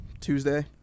Tuesday